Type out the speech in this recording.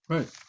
Right